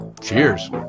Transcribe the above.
Cheers